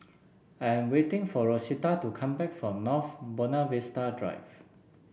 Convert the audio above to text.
I am waiting for Rosita to come back from North Buona Vista Drive